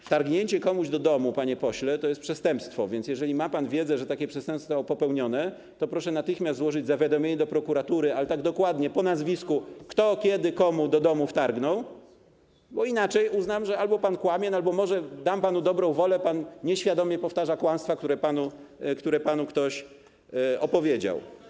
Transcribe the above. Wtargnięcie komuś do domu, panie pośle, to jest przestępstwo, więc jeżeli ma pan wiedzę, że takie przestępstwo popełniono, to proszę natychmiast złożyć zawiadomienie do prokuratury, ale tak dokładnie, proszę wskazać po nazwisku, kto, kiedy, komu do domu wtargnął, bo inaczej uznam, że albo pan kłamie, albo - może przypiszę panu dobrą wolę - pan nieświadomie powtarza kłamstwa, które panu ktoś opowiedział.